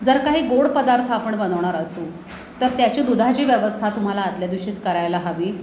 जर काही गोड पदार्थ आपण बनवणार असू तर त्याची दुधाची व्यवस्था तुम्हाला आदल्या दिवशीच करायला हवी